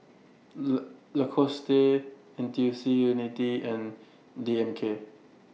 La Lacoste N T U C Unity and D N K